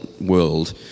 world